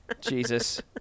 Jesus